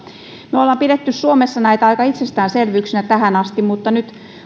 me olemme pitäneet suomessa näitä aika itsestäänselvyyksinä tähän asti mutta nyt